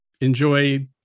enjoy